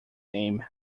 aim